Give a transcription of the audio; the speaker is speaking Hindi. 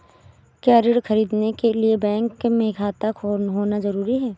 क्या ऋण ख़रीदने के लिए बैंक में खाता होना जरूरी है?